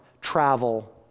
travel